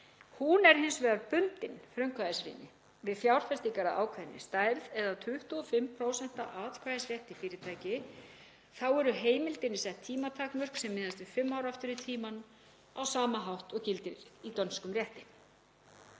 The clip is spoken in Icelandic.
er hins vegar bundin við fjárfestingar af ákveðinni stærð eða 25% af atkvæðisrétti í fyrirtæki. Þá eru heimildinni sett tímatakmörk sem miðast við fimm ár aftur í tímann á sama hátt og gildir í dönskum rétti.